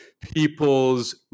people's